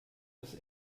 bis